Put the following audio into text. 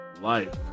life